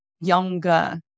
younger